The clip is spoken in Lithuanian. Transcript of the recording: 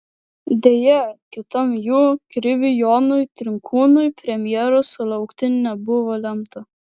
deja kitam jų kriviui jonui trinkūnui premjeros sulaukti nebuvo lemta